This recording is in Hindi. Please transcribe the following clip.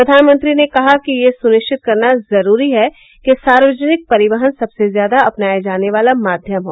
प्रधानमंत्री ने कहा कि यह सुनिश्चित करना जरूरी है कि सार्वजनिक परिवहन सबसे ज्यादा अपनाया जाने वाला माध्यम हो